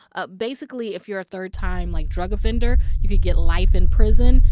ah basically, if you're a third-time, like, drug offender, you could get life in prison.